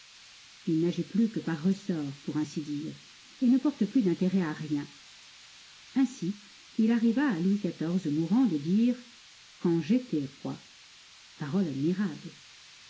il n'agit plus que par ressort pour ainsi dire et ne porte plus d'intérêt à rien ainsi il arriva à louis xiv mourant de dire quand j'étais roi parole admirable